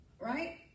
Right